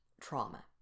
trauma